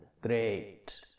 great